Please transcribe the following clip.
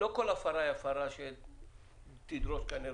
לא כל הפרה תדרוש הפעלה